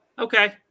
okay